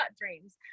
dreams